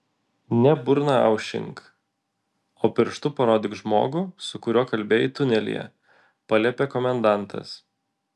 ne burną aušink o pirštu parodyk žmogų su kuriuo kalbėjai tunelyje paliepė komendantas